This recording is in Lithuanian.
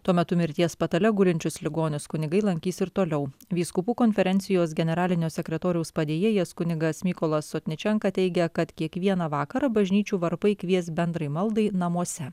tuo metu mirties patale gulinčius ligonius kunigai lankys ir toliau vyskupų konferencijos generalinio sekretoriaus padėjėjas kunigas mykolas sotničenka teigia kad kiekvieną vakarą bažnyčių varpai kvies bendrai maldai namuose